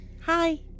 Hi